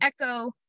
echo